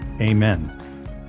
Amen